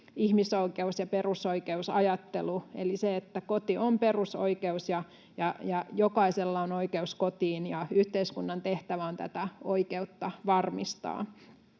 ihmisoikeus‑ ja perusoikeusajattelu eli se, että koti on perusoikeus ja jokaisella on oikeus kotiin ja yhteiskunnan tehtävä on tätä oikeutta varmistaa.